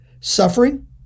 suffering